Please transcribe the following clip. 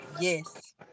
Yes